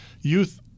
youth